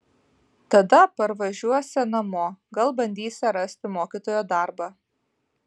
tada parvažiuosią namo gal bandysią rasti mokytojo darbą